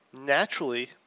naturally